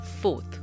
Fourth